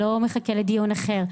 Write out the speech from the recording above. ולא מחכה לדיון אחר,